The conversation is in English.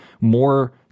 more